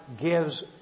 gives